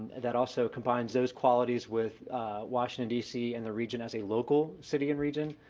that also combines those qualities with washington, d c. and the region as a local city and region.